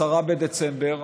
10 בדצמבר,